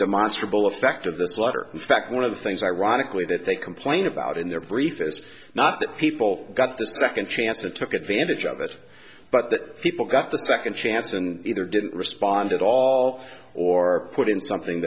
demonstrably affect of the swatter in fact one of the things ironically that they complain about in their brief is not that people got the second chance and took advantage of it but that people got the second chance and either didn't respond at all or put in something